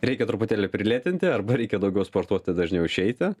reikia truputėlį prilėtinti arba reikia daugiau sportuoti dažniau išeiti